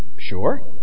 Sure